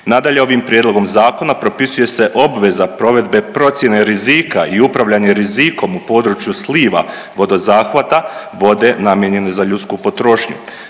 Nadalje ovim prijedlogom zakona propisuje se obveza provedbe procjene rizika i upravljanje rizikom u području sliva vodozahvata vode namijenjene za ljudsku potrošnju.